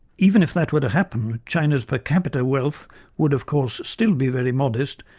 even if that were to happen, china's per capita wealth would, of course, still be very modest.